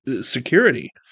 security